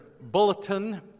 bulletin